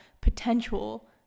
potential